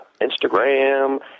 Instagram